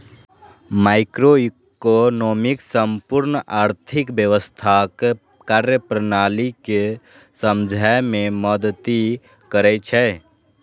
microeconomics संपूर्ण आर्थिक व्यवस्थाक कार्यप्रणाली कें समझै मे मदति करै छै